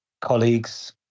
colleagues